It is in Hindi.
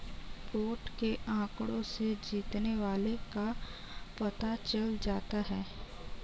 वोट के आंकड़ों से जीतने वाले का पता चल जाता है